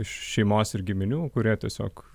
šeimos ir giminių kurie tiesiog